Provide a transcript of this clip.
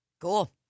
Cool